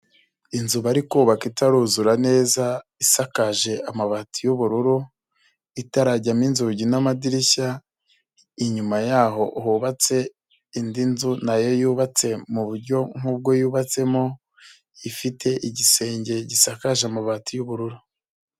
Inzu bari kubaka itaruzura neza, isakaje amabati y'ubururu. Itarajyamo inzugi n'amadirishya, inyuma yaho hubatse, indi nzu nayo yubatse mu buryo nkubwo yubatsemo, ifite igisenge gisakaje amabati y'ubururu.